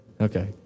Okay